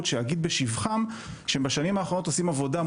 שאגיד בשבחה שבשנים האחרונות עושה עבודה.